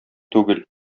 түгел